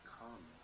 come